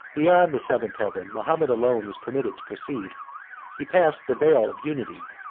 beyond the seventh heaven, mahomet alone was permitted to proceed he passed the veil of unity,